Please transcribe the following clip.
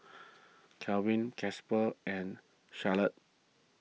Kelvin Casper and